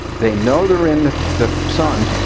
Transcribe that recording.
they know they're in the sun.